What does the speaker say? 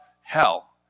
hell